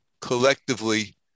collectively